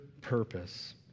purpose